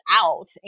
out